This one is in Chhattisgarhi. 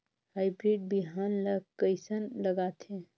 हाईब्रिड बिहान ला कइसन लगाथे?